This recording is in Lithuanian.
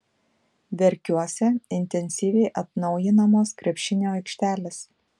verkiuose intensyviai atnaujinamos krepšinio aikštelės